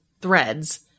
threads